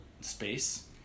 space